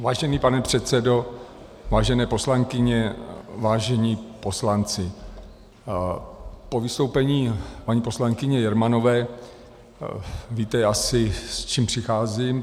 Vážený pane předsedo, vážené poslankyně, vážení poslanci, po vystoupení paní poslankyně Jermanové... víte asi s čím přicházím.